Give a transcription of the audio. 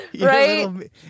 right